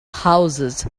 houses